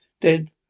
Dead